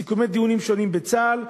סיכומי דיונים שונים בצה"ל,